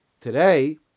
today